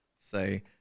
say